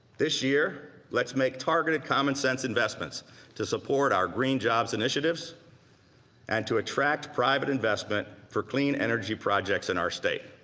this year let's make targeted common sense investments to support our green jobs initiatives and to attract private investment for clean energy projects in our state.